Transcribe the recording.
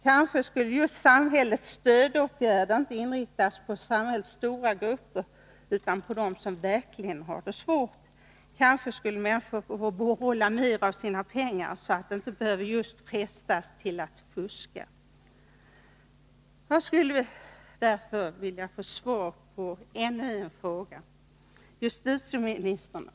Kanske borde stödåtgärderna inte inriktas på samhällets stora grupper, utan på dem som verkligen har det svårt. Kanske borde människor få behålla mer av sina pengar, så att de inte behövde frestas till att fuska. Jag skulle i det sammanhanget vilja ställa ytterligare en fråga.